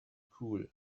cool